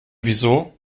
wieso